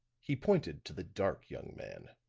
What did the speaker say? he pointed to the dark young man.